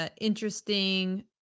interesting